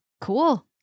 Cool